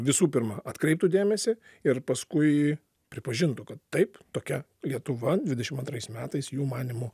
visų pirma atkreiptų dėmesį ir paskui pripažintų kad taip tokia lietuva dvidešim antrais metais jų manymu